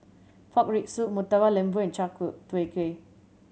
pork rib soup Murtabak Lembu and Chai Tow Kuay